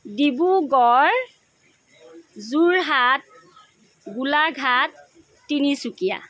Dibrugarh Jorhat Golaghat Tinsukia